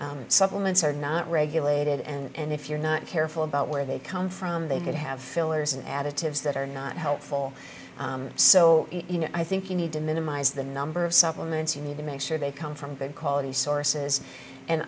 that supplements are not regulated and if you're not careful about where they come from they could have fillers in additives that are not helpful so you know i think you need to minimize the number of supplements you need to make sure they come from good quality sources and